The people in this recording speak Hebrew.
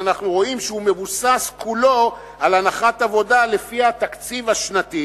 רואים שהוא מבוסס כולו על הנחת עבודה לפי התקציב השנתי,